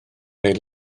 neu